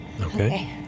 Okay